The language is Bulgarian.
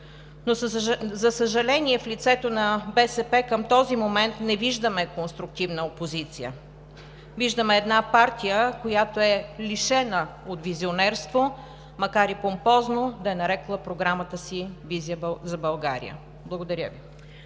Но, за съжаление, в лицето на БСП към този момент не виждаме конструктивна опозиция. Виждаме една партия, която е лишена от визионерство, макар и помпозно да е нарекла програмата си „Визия за България“. Благодаря Ви.